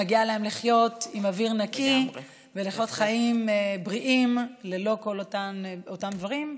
מגיע להם לחיות עם אוויר נקי ולחיות חיים בריאים ללא כל אותם דברים.